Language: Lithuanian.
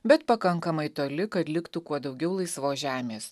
bet pakankamai toli kad liktų kuo daugiau laisvos žemės